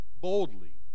Boldly